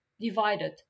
divided